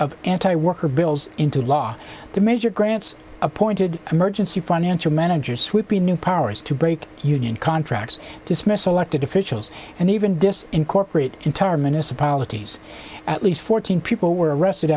of anti worker bills into law the measure grants appointed emergency financial manager sweeping new powers to break union contracts dismissal elected officials and even discuss incorporate inter minister policies at least fourteen people were arrested